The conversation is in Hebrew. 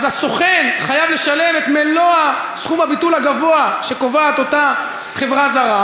אז הסוכן חייב לשלם את מלוא סכום הביטול הגבוה שקובעת אותה חברה זרה,